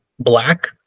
black